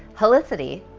helicity,